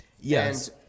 Yes